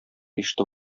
ишетеп